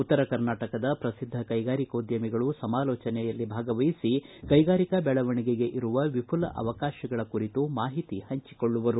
ಉತ್ತರ ಕರ್ನಾಟಕದ ಪ್ರಸಿದ್ಧ ಕೈಗಾರಿಕೋದ್ಯಮಿಗಳು ಸಮಾಲೋಚನೆಯಲ್ಲಿ ಭಾಗವಹಿಸಿ ಕೈಗಾರಿಕಾ ಬೆಳವಣಿಗೆಗೆ ಇರುವ ವಿಪುಲ ಅವಕಾಶಗಳ ಕುರಿತು ಮಾಹಿತಿ ಪಂಚಿಕೊಳ್ಳುವರು